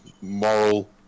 moral